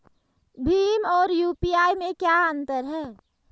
भीम और यू.पी.आई में क्या अंतर है?